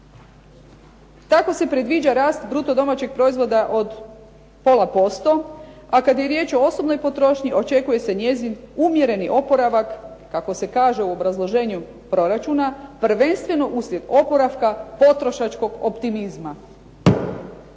Tako se predviđa rast bruto domaćeg proizvoda od pola posto, a kad je riječ o osobnoj potrošnji očekuje se njezin umjereni oporavak, kako se kaže u obrazloženju proračuna, prvenstveno uslijed oporavka potrošačkog optimizma.